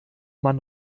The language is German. man